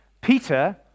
Peter